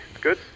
good